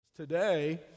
Today